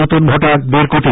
নতুন ভোটার দেড কোটি